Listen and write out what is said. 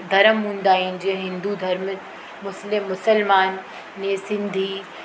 धर्म हूंदा आहिनि जीअं हिंदू धर्म मुस्लिम मुस्लमान जीअं सिंधी